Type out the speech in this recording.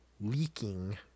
leaking